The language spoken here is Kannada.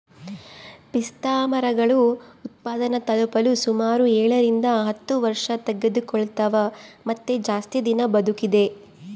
ಪಿಸ್ತಾಮರಗಳು ಉತ್ಪಾದನೆ ತಲುಪಲು ಸುಮಾರು ಏಳರಿಂದ ಹತ್ತು ವರ್ಷತೆಗೆದುಕೊಳ್ತವ ಮತ್ತೆ ಜಾಸ್ತಿ ದಿನ ಬದುಕಿದೆ